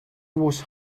was